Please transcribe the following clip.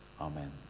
Amen